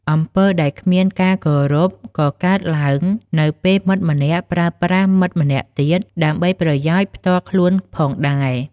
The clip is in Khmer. អំពើដែលគ្មានការគោរពក៏កើតឡើង នៅពេលមិត្តម្នាក់ប្រើប្រាស់មិត្តម្នាក់ទៀត ដើម្បីប្រយោជន៍ផ្ទាល់ខ្លួនផងដែរ។